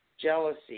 jealousy